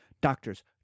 Doctors